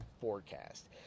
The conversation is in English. forecast